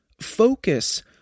focus